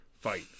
fight